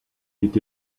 est